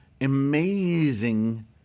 Amazing